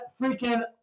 freaking